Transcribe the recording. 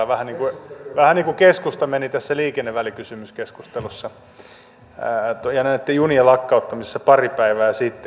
vähän niin kuin keskusta meni tässä liikennevälikysymyskeskustelussa ja näitten junien lakkauttamisissa pari päivää sitten